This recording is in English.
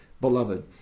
beloved